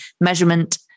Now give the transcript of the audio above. measurement